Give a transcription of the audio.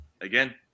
again